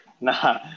Nah